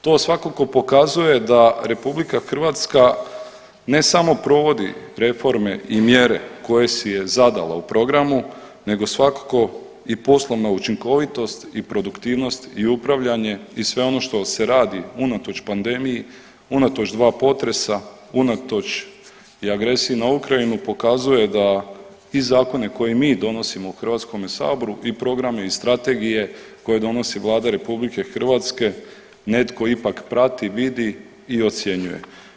To svakako pokazuje da RH ne samo provodi reforme i mjere koje si je zadala u programu nego svakako i poslovna učinkovitost i produktivnost i upravljanje i sve ono što se radi unatoč pandemiji, unatoč 2 potresa, unatoč i agresiji na Ukrajinu pokazuje da i zakone koje mi donosimo u Hrvatskome saboru i programi i strategije koje donosi Vlada RH netko ipak prati, vidi i ocjenjuje.